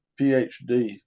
PhD